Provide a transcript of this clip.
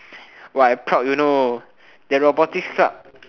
but I'm proud you know that robotics club